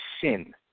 sin